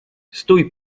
stój